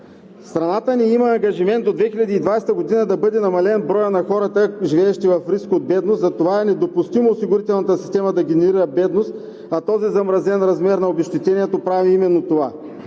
Страната ни има ангажимент до 2020 г. да бъде намален броят на хората, живеещи в риск от бедност, затова е недопустимо осигурителната система да генерира бедност, а този замразен размер на обезщетението прави именно това.